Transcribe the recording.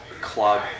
club